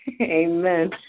Amen